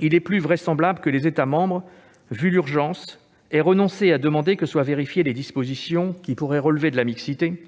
il est plus vraisemblable que les États membres, au regard de l'urgence, aient renoncé à demander que soient vérifiées les dispositions qui pourraient relever de la mixité